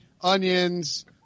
onions